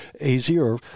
easier